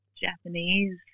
Japanese